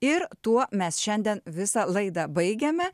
ir tuo mes šiandien visą laidą baigėme